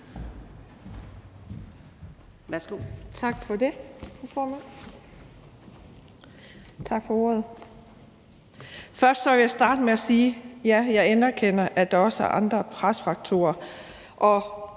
Tak for ordet, fru formand. Først vil jeg starte med at sige: Ja, jeg anerkender, at der også er andre presfaktorer.